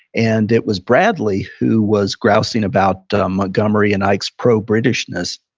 and it was bradley who was grousing about montgomery and ike's pro-britishness.